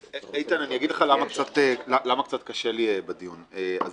איתן, אני אגיד לך למה קשה לי בדיון הזה.